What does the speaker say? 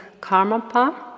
Karmapa